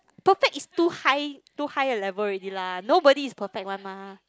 perfect is too high too high level already lah nobody is perfect one mah